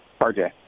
RJ